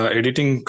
editing